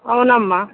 అవునమ్మా